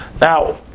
Now